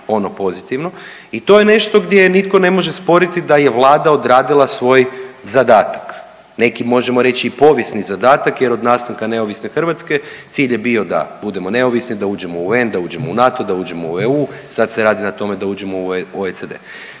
ono pozitivno. I to je nešto gdje nitko ne može sporiti da je Vlada odradila svoj zadatak. Neki možemo reći i povijesni zadatak, jer od nastanka neovisne Hrvatske cilj je bio da budemo neovisni, da uđemo u UN-, da uđemo u NATO, da uđemo u EU. Sad se radi na tome da uđemo u OECD